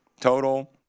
total